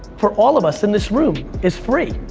for all of us in this room, is free,